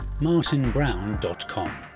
martinbrown.com